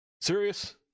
serious